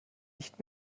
nicht